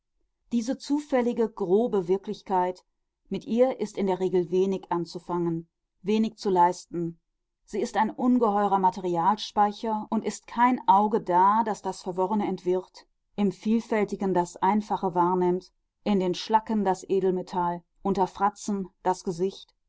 diese zufällige grobe wirklichkeit mit ihr ist in der regel wenig anzufangen wenig zu leisten sie ist ein ungeheurer materialspeicher und ist kein auge da das das verworrene entwirrt im vielfältigen das einfache wahrnimmt in den schlacken das edelmetall unter fratzen das gesicht